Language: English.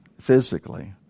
physically